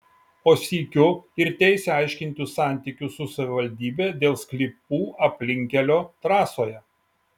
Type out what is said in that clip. o sykiu ir teisę aiškintis santykius su savivaldybe dėl sklypų aplinkkelio trasoje